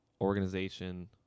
organization